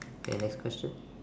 k next question